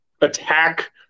attack